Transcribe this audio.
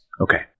Okay